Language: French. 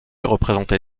représenté